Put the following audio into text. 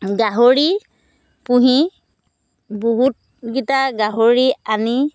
গাহৰি পুহি বহুতকেইটা গাহৰি আনি